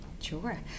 sure